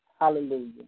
Hallelujah